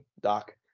Doc